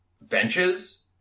benches